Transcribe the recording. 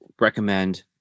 recommend